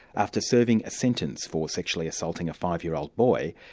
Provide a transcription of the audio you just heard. after serving a sentence for sexually assaulting a five-year-old boy,